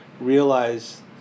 realize